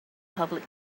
public